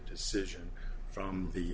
decision from the